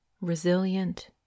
resilient